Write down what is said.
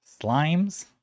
Slimes